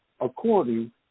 according